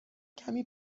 کمی